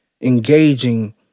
engaging